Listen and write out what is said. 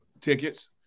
tickets